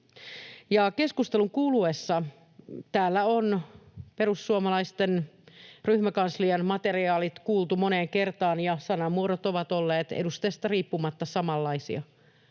Keskustelun kuluessa täällä on perussuomalaisten ryhmäkanslian materiaalit kuultu moneen kertaan, ja sanamuodot ovat olleet edustajasta riippumatta samanlaisia.